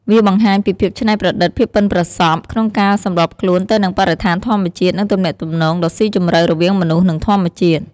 វាបង្ហាញពីភាពច្នៃប្រឌិត ភាពប៉ិនប្រសប់ក្នុងការសម្របខ្លួនទៅនឹងបរិស្ថានធម្មជាតិ និងទំនាក់ទំនងដ៏ស៊ីជម្រៅរវាងមនុស្ស និងធម្មជាតិ។